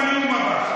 חומוס בנאום הבא.